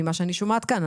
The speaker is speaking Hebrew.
ממה שאני שומעת כאן.